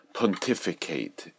pontificate